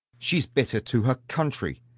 she's bitter to her country.